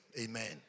amen